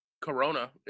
Corona